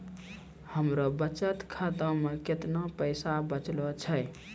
हमरो बचत खाता मे कैतना पैसा बचलो छै?